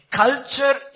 culture